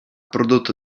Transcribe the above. prodotto